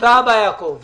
תודה רבה, יעקב גנות.